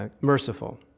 merciful